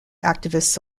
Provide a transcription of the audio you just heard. activists